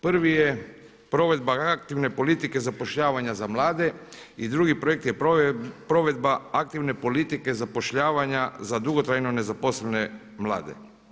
Prvi je provedba aktivne politike zapošljavanja za mlade i drugi projekt je provedba aktivne politike zapošljavanja za dugotrajno nezaposlene mlade.